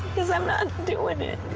cause i'm not doin it.